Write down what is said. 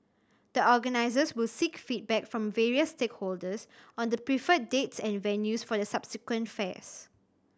the organisers will seek feedback from various stakeholders on the preferred dates and venues for the subsequent fairs